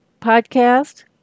podcast